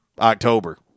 October